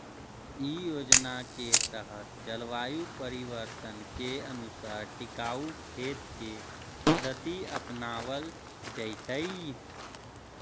इ योजना के तहत जलवायु परिवर्तन के अनुसार टिकाऊ खेत के पद्धति अपनावल जैतई